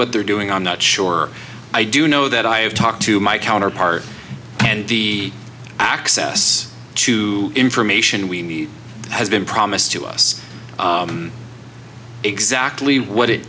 what they're doing i'm not sure i do know that i have talked to my counterpart and the access to information we need has been promised to us exactly what it